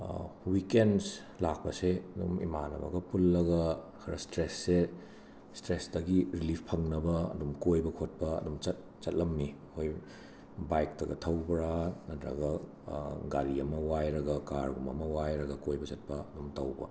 weekends ꯂꯥꯛꯄꯁꯦ ꯑꯗꯨꯝ ꯏꯃꯥꯟꯅꯕꯒ ꯄꯨꯜꯂꯒ ꯈꯔ ꯁ꯭ꯇ꯭ꯔꯦꯁꯁꯦ ꯁ꯭ꯇ꯭ꯔꯦꯁꯇꯒꯤ ꯔꯤꯂꯤꯐ ꯐꯪꯅꯕ ꯑꯗꯨꯝ ꯀꯣꯏꯕ ꯈꯣꯠꯄ ꯑꯗꯨꯝ ꯆꯠ ꯆꯠꯂꯝꯃꯤ ꯑꯩꯈꯣꯏ ꯕꯥꯏꯛꯇꯒ ꯊꯧꯕ꯭ꯔꯥ ꯅꯠꯇ꯭ꯔꯒ ꯒꯥꯔꯤ ꯑꯃ ꯋꯥꯏꯔꯒ ꯀꯥꯔꯒꯨꯝꯕ ꯑꯃ ꯋꯥꯏꯔꯒ ꯀꯣꯏꯕ ꯆꯇꯄ ꯑꯗꯨꯝ ꯇꯧꯕ